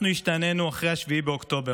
אנחנו השתנינו אחרי 7 באוקטובר,